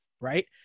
right